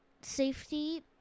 Safety